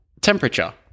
Temperature